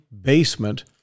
basement